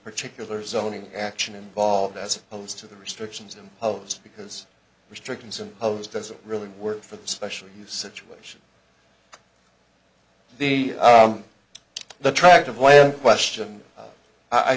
particular zoning action involved as opposed to the restrictions imposed because restrictions imposed doesn't really work for the special situation the on the tract of land question i